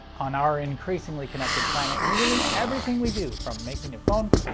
on our increasingly connected planet, nearly everything we do from making a phone ca,